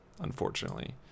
Unfortunately